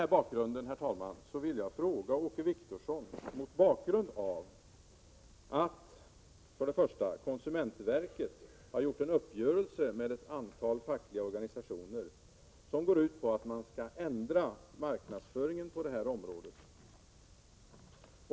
Jag har mot denna bakgrund en fråga att ställa till Åke Wictorsson: För det första har konsumentverket gjort en uppgörelse med ett antal fackliga organisationer som går ut på att man skall ändra marknadsföringen på detta område.